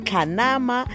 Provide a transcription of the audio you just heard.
Kanama